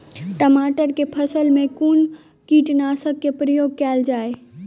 टमाटर केँ फसल मे कुन कीटनासक केँ प्रयोग कैल जाय?